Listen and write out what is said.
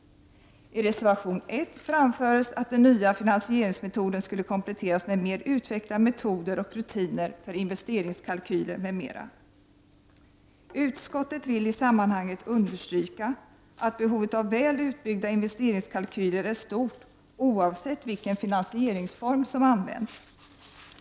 I reservation 1 framförs att den nya finansieringsmetoden skulle kompletteras med mer utvecklade metoder och rutiner för investeringskalkyler m.m. Utskottet vill i sammanhanget understryka att behovet av väl utbyggda investeringskalkyler är stort, oavsett vilken finansieringsform som används.